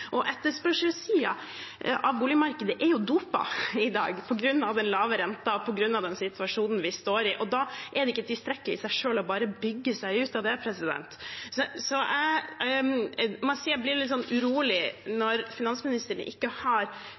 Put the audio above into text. av boligmarkedet er jo dopet i dag, på grunn av den lave renten og på grunn av den situasjonen vi står i. Da er det ikke tilstrekkelig i seg selv bare å bygge seg ut av den. Jeg må si jeg blir litt urolig når finansministeren ikke har